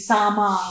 Sama